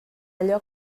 allò